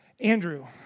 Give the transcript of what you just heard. Andrew